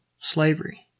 slavery